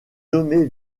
nommé